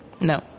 No